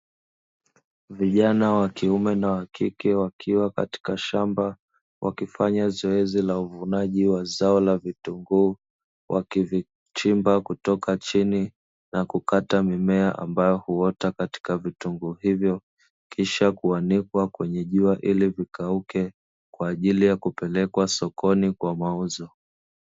Vijana wa kiume na wa kike wakiwa katika shamba, wakifanya zoezi la uvunaji wa zao la vitunguu, wakivichimba kutoka chini na kukata mimea ambayo huota katika vitunguu hivyo, kisha kuanikwa kwenye jua ili vikauke, kwa ajili ya kupelekwa sokoni kwa mauzo.